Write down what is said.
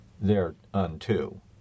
thereunto